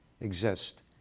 exist